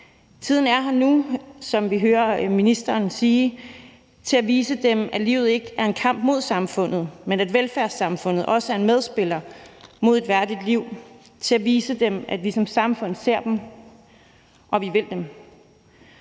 Tiden er her nu, som vi hører ministeren sige, til at vise dem, at livet ikke er en kamp mod samfundet, men at velfærdssamfundet også er en medspiller hen mod et værdigt liv. Tiden er inde til at vise dem, at vi som samfund ser dem, og at vi vil dem.